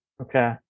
Okay